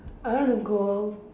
I want to go